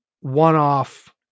one-off